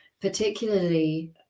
particularly